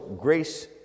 grace